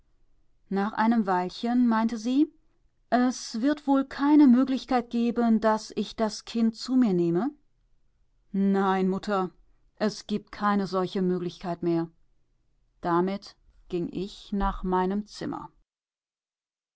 nach einem weilchen meinte sie es wird wohl keine möglichkeit geben daß ich das kind zu mir nehme nein mutter es gibt keine solche möglichkeit mehr damit ging ich nach meinem zimmer